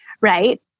Right